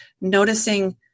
noticing